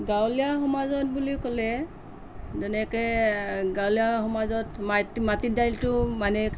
গাঁৱলীয়া সমাজত বুলি ক'লে যেনেকৈ গাঁৱলীয়া সমাজত মাটি মাটি দাইলটো মানে